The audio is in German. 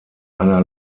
einer